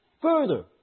further